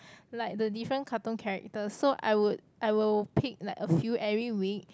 like the different cartoon characters so I would I will pick like a few every week